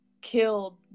killed